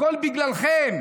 הכול בגללכם.